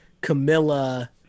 Camilla